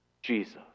Jesus